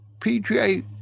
PJ